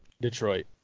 Detroit